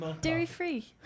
Dairy-free